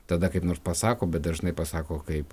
tada kaip nors pasako bet dažnai pasako kaip